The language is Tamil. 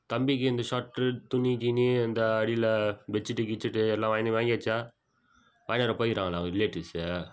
தம்பிக்கு இந்த ஷொட்ரு துணி கிணி இந்த அடியில் பெட் சீட்டு கிட்ச்சீட்டு எல்லா வாங்னு வாங்கியாச்சா வாங்கி வர போயிருக்காங்களா அவங்க ரிலேட்டிவ்ஸு